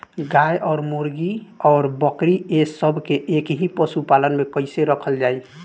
गाय और मुर्गी और बकरी ये सब के एक ही पशुपालन में कइसे रखल जाई?